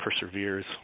perseveres